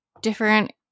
different